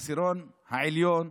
העשירון העליון,